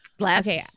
Okay